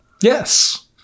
Yes